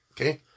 Okay